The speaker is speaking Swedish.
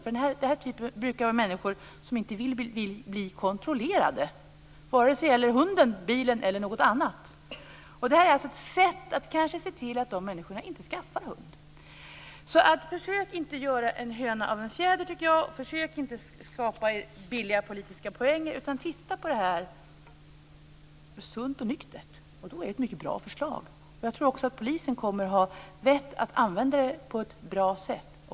Här brukar det vara fråga om människor som inte vill bli kontrollerade, vare sig det gäller hunden, bilen eller något annat. Det här är ett sätt att se till att de människorna inte skaffar hund. Försök inte göra en höna av en fjäder. Försök inte skapa billiga politiska poäng, utan titta på detta sunt och nyktert. Det är ett bra förslag. Jag tror också att polisen kommer att ha vett att använda detta på ett bra sätt.